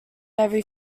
every